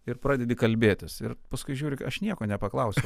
ir pradedi kalbėtis ir paskui žiūri aš nieko nepaklausiau